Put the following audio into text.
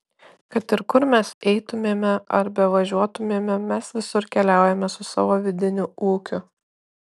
kad ir kur mes eitumėme ar bevažiuotumėme mes visur keliaujame su savo vidiniu ūkiu